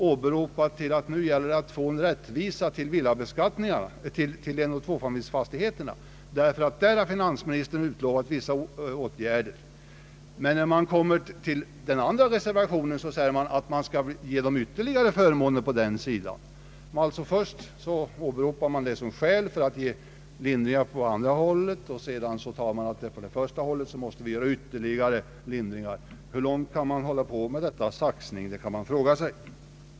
De menar att det nu gäller att få en rättvis beskattning av jordbruksfastigheterna i förhållande till enoch tvåfamiljsfastigheterna och att finansministern därvidlag har utlovat vissa åtgärder. I den andra reservationen föreslår man ytterligare förmåner beträffande villataxeringen. I den första reservationen åberopar man alltså taxeringen på villafastigheterna som ett skäl för lindringar i taxeringen av jordbruksfastigheterna, medan man i den andra reservationen föreslår lindringar i villataxeringen. Man kan fråga sig hur långt denna saxning skall få drivas.